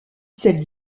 celle